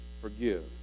forgive